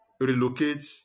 relocate